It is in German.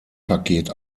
paket